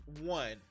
one